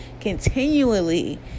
continually